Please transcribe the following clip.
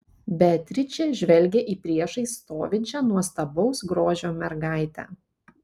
beatričė žvelgė į priešais stovinčią nuostabaus grožio mergaitę